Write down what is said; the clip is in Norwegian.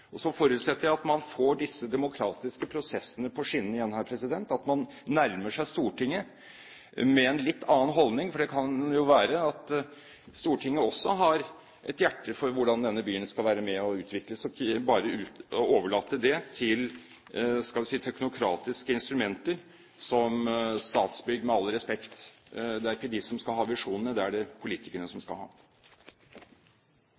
Så forutsetter jeg at man får disse demokratiske prosessene på skinner igjen, og at man nærmer seg Stortinget med en litt annen holdning, for det kan være at Stortinget også har et hjerte for hvordan denne byen skal utvikles, og ikke bare overlater det til – skal vi si – teknokratiske instrumenter som Statsbygg. Med all respekt, det er jo ikke de som skal ha visjonene, det er det politikerne som